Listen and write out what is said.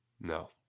No